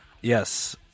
Yes